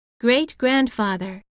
Great-grandfather